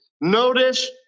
Notice